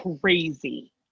crazy